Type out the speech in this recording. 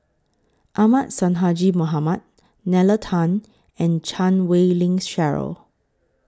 Ahmad Sonhadji Mohamad Nalla Tan and Chan Wei Ling Cheryl